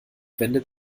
wendet